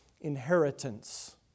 inheritance